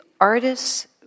artist's